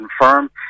confirm